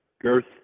girth